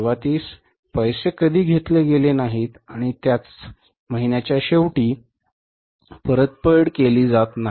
सुरुवातीस पैसे कधी घेतले गेले नाहीत आणि त्याच महिन्याच्या शेवटी परतफेड केली जात नाही